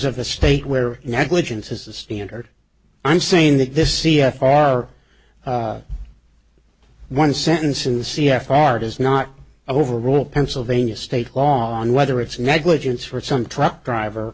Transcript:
of the state where negligence is a standard i'm saying that this c f r one sentence in the c f r does not overrule pennsylvania state law on whether it's negligence for some truck driver